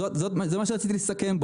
בזה רציתי לסכם,